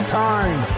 time